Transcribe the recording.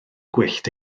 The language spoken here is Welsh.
gwyllt